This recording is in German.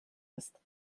ist